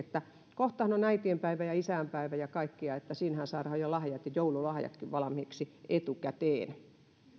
kohtahan on äitienpäivä ja isänpäivä ja kaikkea niin että siinähän saadaan jo lahjat joululahjatkin valmiiksi etukäteen